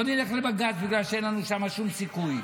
לא נלך לבג"ץ בגלל שאין לנו שם שום סיכוי.